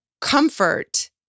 comfort